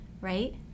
right